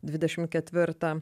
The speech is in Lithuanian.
dvidešim ketvirtą